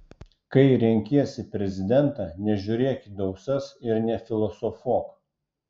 kai renkiesi prezidentą nežiūrėk į dausas ir nefilosofuok